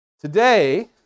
Today